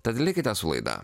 tad likite su laida